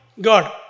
God